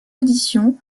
audition